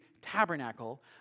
tabernacle